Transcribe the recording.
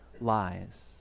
lies